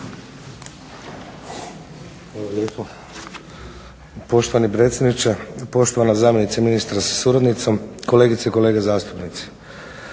Hvala na